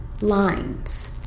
lines